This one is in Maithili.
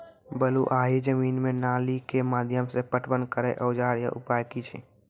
बलूआही जमीन मे नाली के माध्यम से पटवन करै औजार या उपाय की छै?